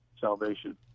salvation